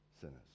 sinners